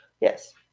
Yes